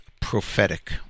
prophetic